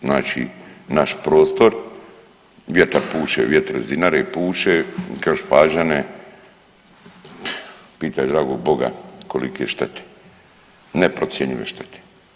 Znači naš prostor, vjetar puše, vjetar s Dinare puše kroz Pađene, pitaj dragog Boga kolike štete, neprocjenjive štete.